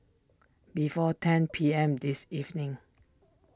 before ten P M this evening